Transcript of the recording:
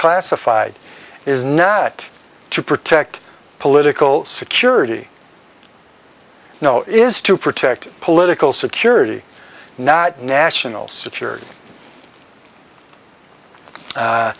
classified is now that to protect political security is to protect political security not national security